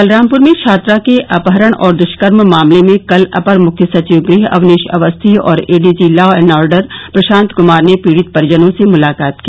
बलरामपुर में छात्रा के अपहरण और दुष्कर्म मामले में कल अपर मुख्य सचिव गृह अवनीश अवस्थी और ADG law and order Prashant Kumar ने पीड़ित परिजनों से मुलाकात की